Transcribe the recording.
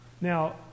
Now